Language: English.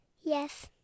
Yes